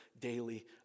daily